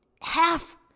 half